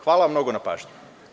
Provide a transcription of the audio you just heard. Hvala vam mnogo na pažnji.